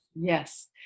yes